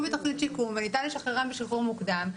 בתוכנית שיקום וניתן לשחררם בשחרור מוקדם,